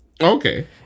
okay